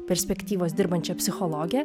perspektyvos dirbančia psichologe